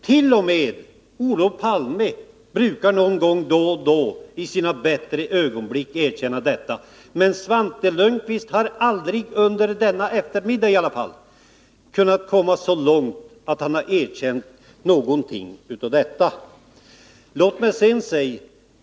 T. o. m. Olof Palme brukar någon gång då och då, i sina bättre ögonblick, erkänna detta. Men Svante Lundkvist har aldrig, i alla fall inte under denna eftermiddag, kunnat komma så långt att han har erkänt någonting av detta.